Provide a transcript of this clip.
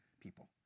people